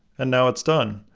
and now it's done.